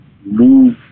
move